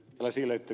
kun ed